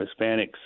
Hispanics